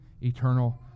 eternal